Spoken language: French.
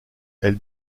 elle